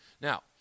Now